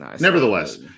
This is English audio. nevertheless